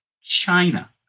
China